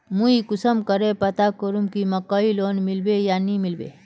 मुई कुंसम करे पता करूम की मकईर लोन मिलबे या नी मिलबे?